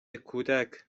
کودک